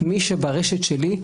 למי שברשת שלי,